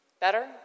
better